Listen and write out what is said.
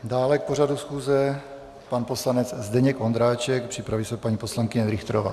Dále k pořadu schůze pan poslanec Zdeněk Ondráček, připraví se paní poslankyně Richterová.